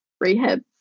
rehab